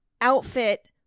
outfit